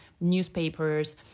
newspapers